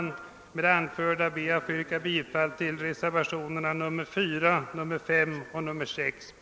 Med det anförda ber jag att få yrka bifall till reservationerna 4, 5 och 6 b.